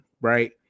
right